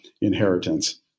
inheritance